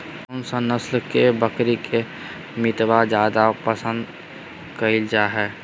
कौन सा नस्ल के बकरी के मीटबा जादे पसंद कइल जा हइ?